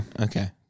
Okay